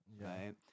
right